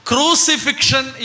Crucifixion